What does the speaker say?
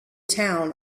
town